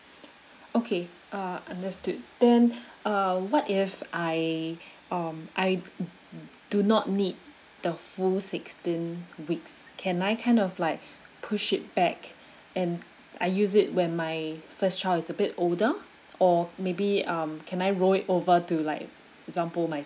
okay uh understood then uh what if I um I mm mm do not need the full sixteen weeks can I kind of like push it back and I use it when my first child is a bit older or maybe um can I roll it over to like example my